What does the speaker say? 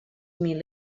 mil